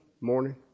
morning